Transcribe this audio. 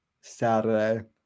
Saturday